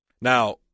Now